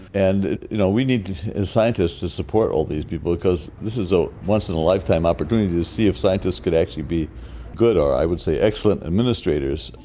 and you know we need scientists to support all these people because this is a once in a lifetime opportunity to see if scientists could actually be good or i would say excellent administrators.